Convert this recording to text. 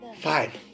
Five